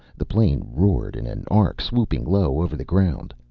the plane roared in an arc, swooping low over the ground.